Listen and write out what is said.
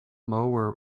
mower